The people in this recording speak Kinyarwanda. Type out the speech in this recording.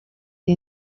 iyi